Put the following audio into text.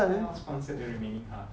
then I'll sponsor the remaining half